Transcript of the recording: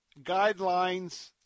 guidelines